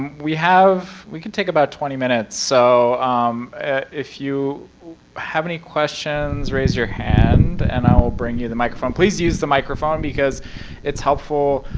we have. we can take about twenty minutes. so if you have any questions, raise your hand. and i will bring you the microphone. please use the microphone, because it's helpful